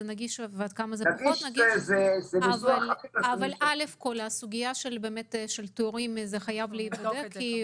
פחות נגיש אבל כל הסוגיה של תורים חייבת להיבדק.